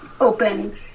open